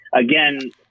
Again